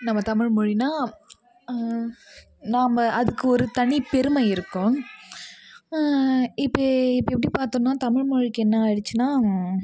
நம்ம தமிழ்மொழினால் நாம் அதுக்கு ஒரு தனி பெருமை இருக்கும் இப்போ இப்போ எப்படியும் பார்த்தோன்னா தமிழ்மொழிக்கு என்ன ஆகிடுச்சின்னா